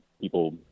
People